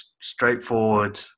straightforward